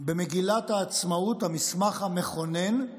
במגילת העצמאות, המסמך המכונן,